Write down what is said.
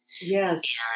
Yes